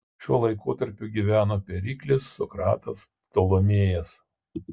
šiuo laikotarpiu gyveno periklis sokratas ptolemėjas